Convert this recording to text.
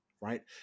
right